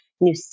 new